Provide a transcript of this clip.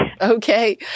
Okay